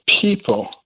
people